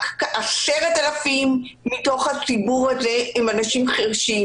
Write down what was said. רק כ-10,000 אנשים מהציבור הזה הם אנשים חירשים